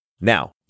Now